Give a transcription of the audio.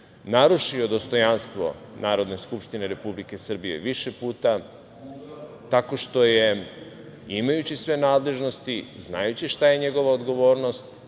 narušio dostojanstvo Narodne skupštine Republike Srbije više puta tako što je imajući sve nadležnosti, znajući šta je njegova odgovornost,